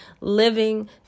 living